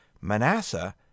Manasseh